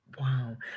Wow